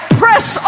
press